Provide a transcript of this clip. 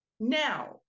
Now